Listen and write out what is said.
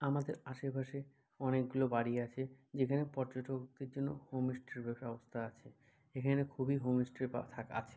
আমাদের আশেপাশে অনেকগুলো বাড়ি আছে যেখানে পর্যটকদের জন্য হোমস্টের ব্যবস্থা আছে এখানে খুবই হোমস্টে বা থাক আছে